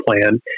plan